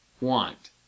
Want